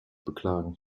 beklagen